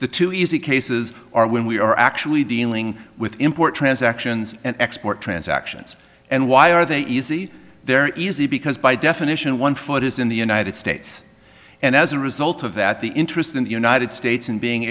the two easy cases are when we are actually dealing with import transactions and export transactions and why are they easy they're easy because by definition one foot is in the united states and as a result of that the interest in the united states in being